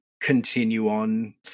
continue-on